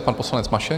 Pan poslanec Mašek.